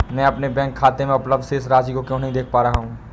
मैं अपने बैंक खाते में उपलब्ध शेष राशि क्यो नहीं देख पा रहा हूँ?